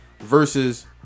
versus